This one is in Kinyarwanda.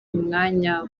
umwanya